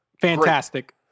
Fantastic